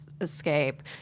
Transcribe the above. escape